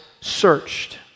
searched